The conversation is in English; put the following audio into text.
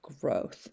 growth